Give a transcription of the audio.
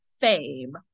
fame